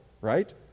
right